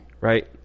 Right